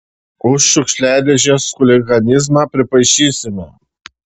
už šiukšliadėžes chuliganizmą pripaišysime